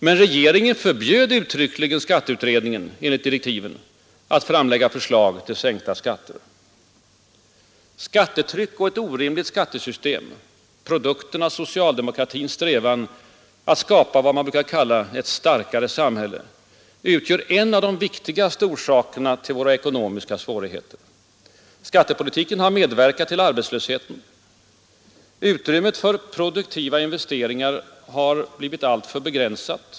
Men regeringen förbjöd uttryckligen skatteutredningen enligt direktiven att framlägga förslag till sänkta skatter. Skattetryck och ett orimligt skattesystem — produkten av socialdemokratins strävan att skapa vad man brukar kalla ”ett starkare samhälle” — utgör en av de viktigaste orsakerna till våra ekonomiska svårigheter. Skattepolitiken har medverkat till arbetslösheten. Utrymmet för produktiva investeringar har blivit alltför begränsat.